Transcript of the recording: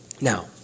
Now